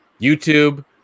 YouTube